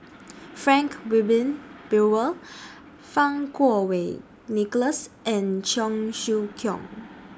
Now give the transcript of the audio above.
Frank Wilmin Brewer Fang Kuo Wei Nicholas and Cheong Siew Keong